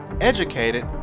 educated